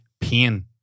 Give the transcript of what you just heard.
pain